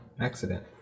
accident